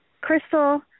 Crystal